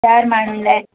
चारि माण्हुनि लाइ